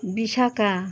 Bishakha